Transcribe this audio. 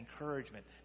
encouragement